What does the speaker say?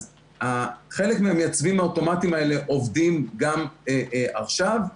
אז חלק מהמייצבים האוטומטיים האלה עובדים גם עכשיו,